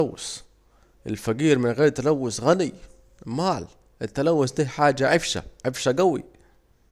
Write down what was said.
التلوس يا واد عمي، الفجير من غير تلوس غني، امال التلوس ديه حاجة عفشة، عفشة جوي